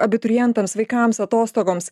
abiturientams vaikams atostogoms